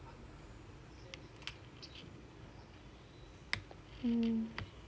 mm